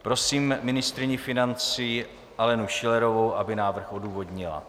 Prosím ministryni financí Alenu Schillerovou, aby návrh odůvodnila.